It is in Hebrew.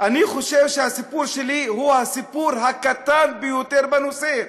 אני חושב שהסיפור שלי הוא הסיפור הקטן ביותר בנושא.